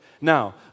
Now